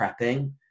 prepping